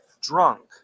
drunk